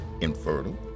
infertile